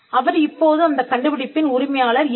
அவர் இப்போது அந்தக் கண்டுபிடிப்பின் உரிமையாளர் இல்லை